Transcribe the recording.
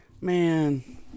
Man